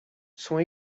sont